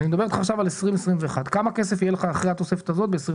אני מדבר אתך עכשיו על 2021. כמה כסף יהיה לך אחרי התוספת הזאת ב-2021?